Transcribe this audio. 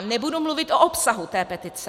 Nebudu mluvit o obsahu té petice.